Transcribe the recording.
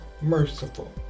merciful